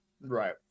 Right